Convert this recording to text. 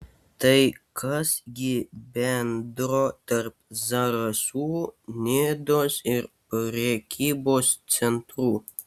tai kas gi bendro tarp zarasų nidos ir prekybos centrų